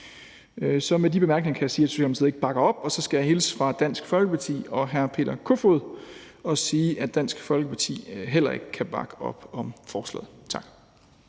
Så med de bemærkninger kan jeg sige, at Socialdemokratiet ikke bakker op. Og så skal jeg hilse fra Dansk Folkeparti og hr. Peter Kofod og sige, at Dansk Folkeparti heller ikke kan bakke op om forslaget. Tak.